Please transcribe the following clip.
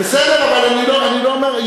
בסדר, אבל אני לא אומר.